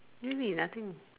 really nothing